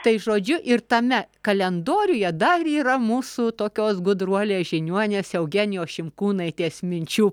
tai žodžiu ir tame kalendoriuje dar yra mūsų tokios gudruolės žiniuonės eugenijos šimkūnaitės minčių